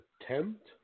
attempt